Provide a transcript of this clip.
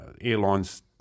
Airlines